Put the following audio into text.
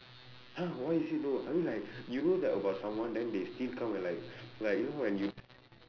!huh! why is it no I mean like you know that about someone then they still come and like like you know when you know that this guy